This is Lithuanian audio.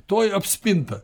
tuoj apspinta